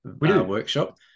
workshop